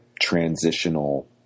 transitional